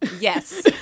yes